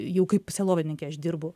jau kaip sielovadininkė aš dirbu